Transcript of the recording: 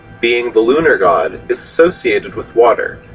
being the lunar god, is associated with water,